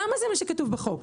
למה זה מה שכתוב בחוק.